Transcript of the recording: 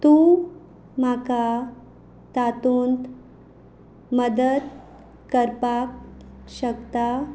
तूं म्हाका तातूंत मदत करपाक शकता